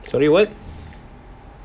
sorry what